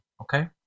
Okay